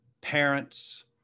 parents